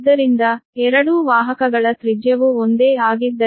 ಆದ್ದರಿಂದ ಎರಡೂ ವಾಹಕಗಳ ತ್ರಿಜ್ಯವು ಒಂದೇ ಆಗಿದ್ದರೆ r1r2r